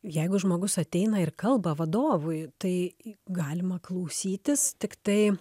jeigu žmogus ateina ir kalba vadovui tai galima klausytis tiktai